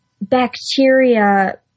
bacteria